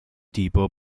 tipo